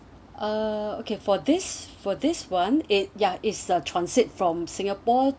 uh okay for this for this [one] it ya is a transit from singapore